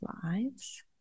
slides